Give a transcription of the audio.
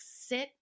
sit